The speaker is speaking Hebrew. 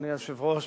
אדוני היושב-ראש,